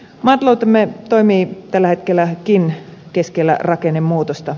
maataloutemme toimii tällä hetkelläkin keskellä rakennemuutosta